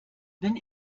wenn